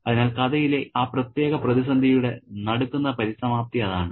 അതിനാൽ കഥയിലെ ആ പ്രത്യേക പ്രതിസന്ധിയുടെ നടുക്കുന്ന പരിസമാപ്തി അതാണ്